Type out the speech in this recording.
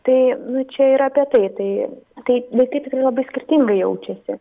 tai nu čia yra apie tai tai tai vaikai tikrai labai skirtingai jaučiasi